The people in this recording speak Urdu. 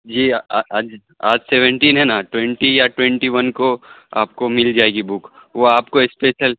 جی آج آج سیونٹین ہے نا ٹوئنٹی یا ٹوئنٹی ون کو آپ کو مل جائے گی بک وہ آپ کو اسپیشل